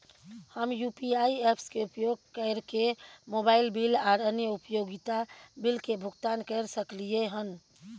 हम UPI apps के उपयोग कैरके मोबाइल बिल आर अन्य उपयोगिता बिल के भुगतान कैर सकलिये हन